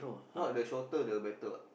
not the shorter the better what